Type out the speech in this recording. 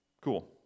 Cool